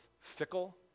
fickle